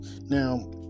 Now